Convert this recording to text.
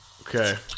Okay